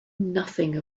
nothing